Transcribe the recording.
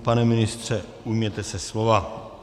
Pane ministře, ujměte se slova.